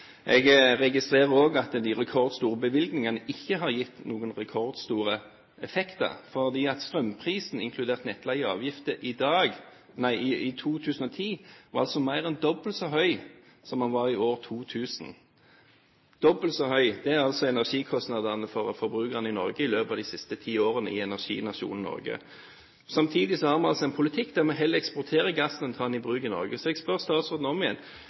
Jeg registrerer også at de rekordstore bevilgningene ikke har gitt noen rekordstore effekter, fordi strømprisen inkludert nettleie og avgifter i 2010 var mer enn dobbelt så høy som den var i 2000. Dobbelt så høy – slik er altså energikostnadene for forbrukerne i Norge i løpet av de siste ti årene i energinasjonen Norge. Samtidig har vi en politikk der vi heller eksporterer gassen enn å ta den i bruk i Norge. Jeg spør derfor statsråden om igjen: